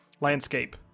landscape